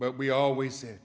but we always sa